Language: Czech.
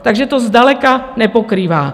Takže to zdaleka nepokrývá.